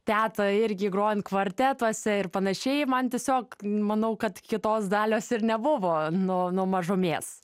tetą irgi grojant kvartetuose ir panašiai man tiesiog manau kad kitos dalios ir nebuvo nuo nuo mažumės